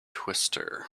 twister